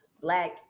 Black